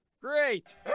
Great